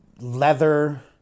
leather